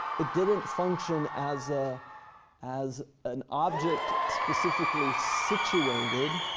it didn't function as ah as an object specifically situated,